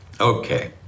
Okay